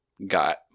got